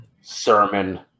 Sermon